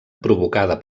provocada